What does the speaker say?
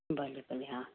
भले भले हा